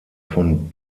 von